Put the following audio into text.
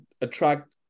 attract